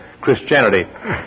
Christianity